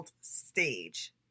stage